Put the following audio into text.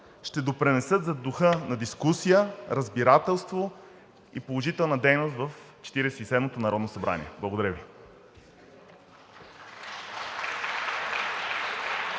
ще допринесат за духа на дискусия, разбирателство и положителна дейност в Четиридесет и седмото народно събрание. Благодаря Ви.